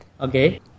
Okay